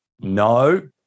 No